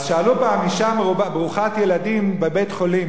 אז שאלו פעם אשה ברוכת ילדים בבית-חולים,